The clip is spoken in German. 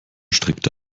streckte